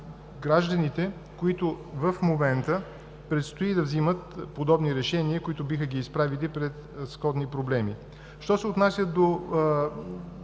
гражданите, които в момента предстои да вземат подобни решения, които биха ги изправили пред сходни проблеми. По отношение